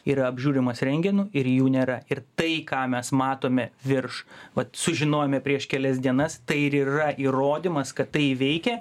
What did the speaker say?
yra apžiūrimas rentgenu ir jų nėra ir tai ką mes matome virš vat sužinojome prieš kelias dienas tai ir yra įrodymas kad tai veikia